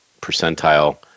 percentile